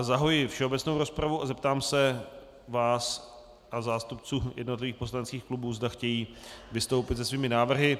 Zahajuji všeobecnou rozpravu a zeptám se zástupců jednotlivých poslaneckých klubů, zda chtějí vystoupit se svými návrhy.